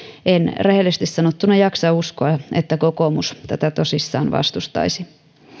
en rehellisesti sanottuna jaksa uskoa että kokoomus tätä tosissaan vastustaisi